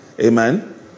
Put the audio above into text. Amen